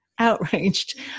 outraged